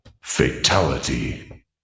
Fatality